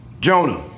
Jonah